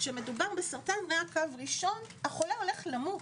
כשמדובר בסרטן ריאה קו ראשון, החולה הולך למות.